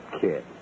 kid